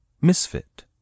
Misfit